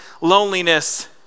loneliness